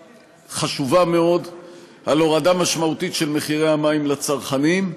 חשובה מאוד על הורדה משמעותית של מחירי המים לצרכנים,